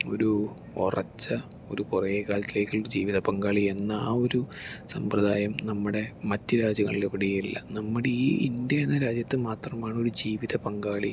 ഒരു ഉറച്ച ഒരു കുറേ കാലത്തിലേക്കുള്ള ജീവിത പങ്കാളി എന്ന ആ ഒരു സമ്പ്രദായം നമ്മുടെ മറ്റു രാജ്യങ്ങളിൽ എവിടെയുമില്ല നമ്മടെ ഈ ഇന്ത്യ എന്ന രാജ്യത്ത് മാത്രമാണ് ഒരു ജീവിത പങ്കാളി